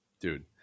Dude